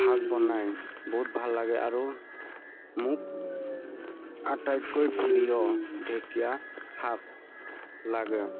শাক বনাই বহুত ভাল লাগে আৰু মোক আটাইতকৈ প্ৰিয় ঢেকীয়া শাক লাগে